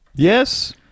Yes